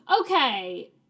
okay